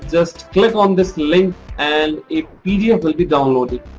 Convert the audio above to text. just click on this link and a pdf will be downloaded.